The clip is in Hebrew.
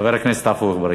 חבר הכנסת עפו אגבאריה.